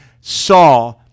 saw